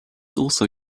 also